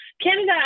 Canada